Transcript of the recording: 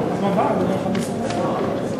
כרגע עומדת עתירה לפני בית-המשפט הגבוה לצדק,